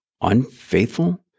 unfaithful